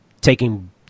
taking